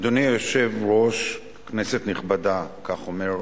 אדוני היושב-ראש, כנסת נכבדה, כך אומר השר,